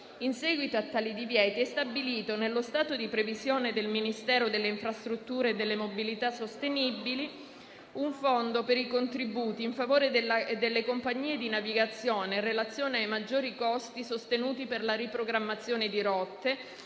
ambiti lavorativi, è stabilito nello stato di previsione del Ministero delle infrastrutture e delle mobilità sostenibili un fondo per i contributi in favore delle compagnie di navigazione, in relazione ai maggiori costi sostenuti per la riprogrammazione di rotte